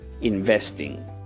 investing